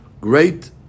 great